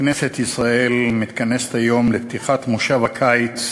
כנסת ישראל מתכנסת היום לפתיחת כנס הקיץ,